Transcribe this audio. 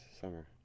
summer